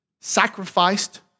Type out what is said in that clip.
sacrificed